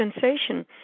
sensation